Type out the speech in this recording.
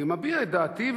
אני מביע את דעתי,